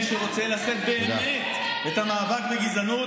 מי שרוצה לשאת באמת את המאבק בגזענות,